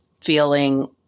feeling